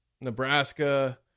Nebraska